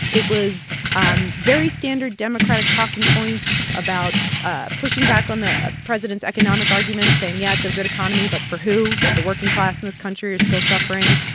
it was um very standard democratic talking points about ah pushing back on the president's economic argument, saying, yeah, it's a good economy, but for who, that the working class in this country is still suffering,